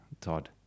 Todd